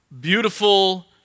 beautiful